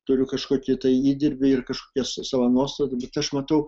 turiu kažkokį tai įdirbį ir kažkokias savo nuostatas bet aš matau